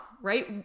right